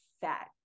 fat